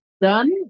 done